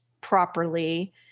properly